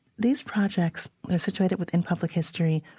these projects are situated within public history.